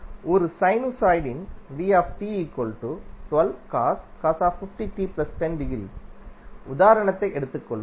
ஒரு சைனுசாய்டின் உதாரணத்தை எடுத்துக் கொள்வோம்